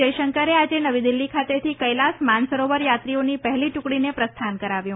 જયશંકર આજે નવી દિલ્હી ખાતેથી કેલાસ માનસરોવર યાત્રીઓની પહેલી ટૂકડીને પ્રસ્થાન કરાવ્યું